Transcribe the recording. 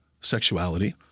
sexuality